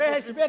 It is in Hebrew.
בדברי ההסבר,